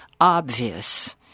obvious